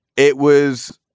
it was.